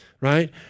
right